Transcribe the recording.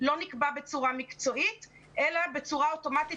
לא נקבע בצורה מקצועית אלא בצורה אוטומטית